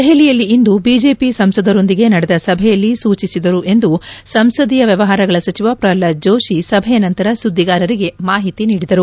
ದೆಹಲಿಯಲ್ಲಿ ಇಂದು ಬಿಜೆಪಿ ಸಂಸದರೊಂದಿಗೆ ನಡೆದ ಸಭೆಯಲ್ಲಿ ಸೂಚಿಸಿದರು ಎಂದು ಸಂಸದೀಯ ವ್ಯವಹಾರಗಳ ಸಚಿವ ಪ್ರಹ್ಲಾದ್ ಜೋಶಿ ಸಭೆಯ ನಂತರ ಸುದ್ದಿಗಾರರಿಗೆ ಮಾಹಿತಿ ನೀಡಿದರು